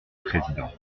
président